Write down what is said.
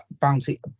bounty